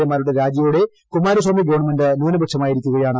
എമാരുടെ രാജിയോടെ കുമാരസ്വാമി ഗവൺമെന്റ് ന്യൂനപക്ഷമായിരിക്കുകയാണ്